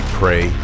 pray